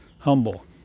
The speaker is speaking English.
humble